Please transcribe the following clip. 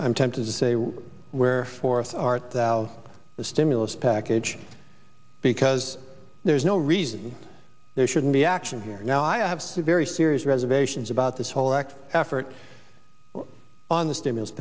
i'm tempted to say we're fourth art the stimulus package because there's no reason there shouldn't be action here now i have some very serious reservations about this whole act effort on the stimulus